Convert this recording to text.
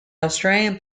australian